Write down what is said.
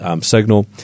signal